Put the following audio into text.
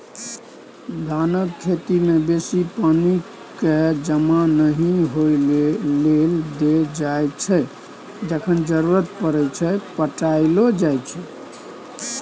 धानक खेती मे बेसी पानि केँ जमा नहि होइ लेल देल जाइ छै जखन जरुरत परय छै पटाएलो जाइ छै